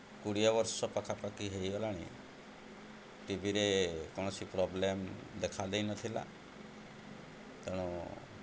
କୋଡ଼ିଏ ବର୍ଷ ପାଖାପାଖି ହୋଇଗଲାଣି ଟିଭିରେ କୌଣସି ପ୍ରୋବ୍ଲେମ୍ ଦେଖା ଦେଇନଥିଲା ତେଣୁ